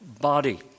body